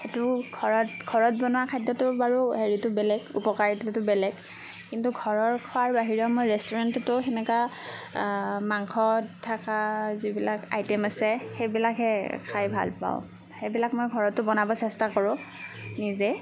সেইটো ঘৰত ঘৰত বনোৱা খাদ্যটোৰ বাৰু হেৰিটো বেলেগ উপকাৰিতাটো বেলেগ কিন্তু ঘৰৰ খোৱা আৰু বাহিৰৰ মই ৰেষ্টুৰেণ্টটো সেনেকা মাংস থকা যিবিলাক আইটেম আছে সেইবিলাকহে খাই ভাল পাওঁ সেইবিলাক মই ঘৰতো বনাব চেষ্টা কৰোঁ নিজে